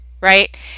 right